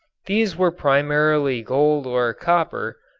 these were primarily gold or copper,